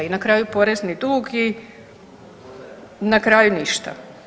I na kraju porezni dug i na kraju ništa.